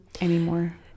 anymore